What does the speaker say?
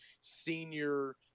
senior